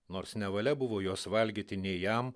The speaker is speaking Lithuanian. nors nevalia buvo jos valgyti nei jam